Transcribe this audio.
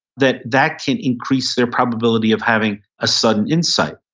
that that can increase their probability of having a sudden insight.